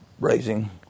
raising